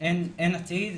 אין עתיד.